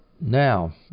Now